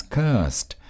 cursed